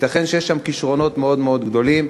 ייתכן שיש שם כישרונות מאוד מאוד גדולים.